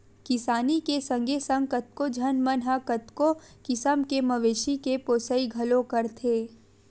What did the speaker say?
किसानी के संगे संग कतको झन मन ह कतको किसम के मवेशी के पोसई घलोक करथे